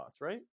right